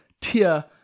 tier